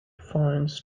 finds